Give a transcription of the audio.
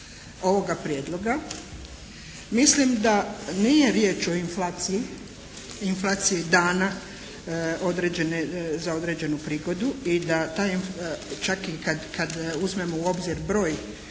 ovoga prijedloga. Mislim da nije riječ o inflaciji, inflaciji dana određene, za određenu prigodu i da čak i kad uzmemo u obzir broj